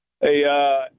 Hey